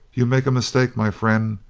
you make a mistake, my friend.